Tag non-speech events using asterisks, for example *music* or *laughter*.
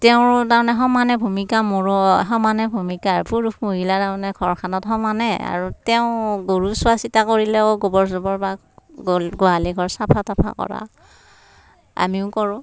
তেওঁৰ তাৰমানে সমানে ভূমিকা মোৰো সমানে ভূমিকা পুৰুষ মহিলা তাৰমানে ঘৰখনত সমানে আৰু তেওঁ গৰু চোৱাচিতা কৰিলেও গোবৰ চোবৰ বা *unintelligible* গোহালি ঘৰ চাফা তফা কৰা আমিও কৰোঁ